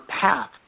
path